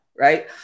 Right